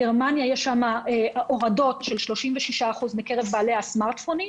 בגרמניה יש הורדות של 36% מקרב בעלי הסמארטפונים,